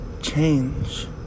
Change